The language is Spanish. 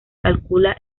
calcula